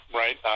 right